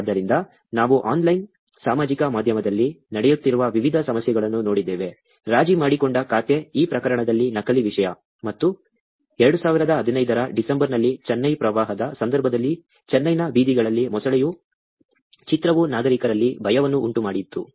ಆದ್ದರಿಂದ ನಾವು ಆನ್ಲೈನ್ ಸಾಮಾಜಿಕ ಮಾಧ್ಯಮದಲ್ಲಿ ನಡೆಯುತ್ತಿರುವ ವಿವಿಧ ಸಮಸ್ಯೆಗಳನ್ನು ನೋಡಿದ್ದೇವೆ ರಾಜಿ ಮಾಡಿಕೊಂಡ ಖಾತೆ ಈ ಪ್ರಕರಣದಲ್ಲಿ ನಕಲಿ ವಿಷಯ ಮತ್ತು 2015 ರ ಡಿಸೆಂಬರ್ನಲ್ಲಿ ಚೆನ್ನೈ ಪ್ರವಾಹದ ಸಂದರ್ಭದಲ್ಲಿ ಚೆನ್ನೈನ ಬೀದಿಗಳಲ್ಲಿ ಮೊಸಳೆಯ ಚಿತ್ರವು ನಾಗರಿಕರಲ್ಲಿ ಭಯವನ್ನು ಉಂಟುಮಾಡಿತು